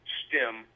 stem